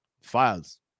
Files